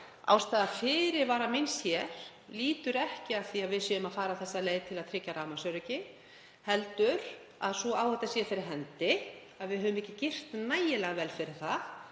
Ástæða fyrirvara míns hér lýtur ekki að því að við séum að fara þessa leið til að tryggja rafmagnsöryggi heldur að sú áhætta sé fyrir hendi að við höfum ekki girt nægilega vel fyrir það